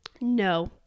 No